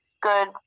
good